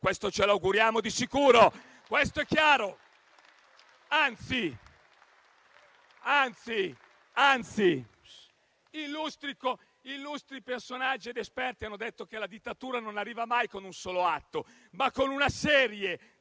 Noi ce lo auguriamo di sicuro, è chiaro. Anzi, illustri personaggi ed esperti hanno detto che la dittatura non arriva mai con un solo atto, ma con una serie